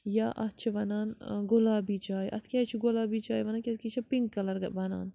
یا اَتھ چھِ وَنان گُلابی چاے اَتھ کیٛازِ چھِ گُلابی چاے وَنان کیٛازکہِ یہِ چھےٚ پِنٛک کَلَر بَنان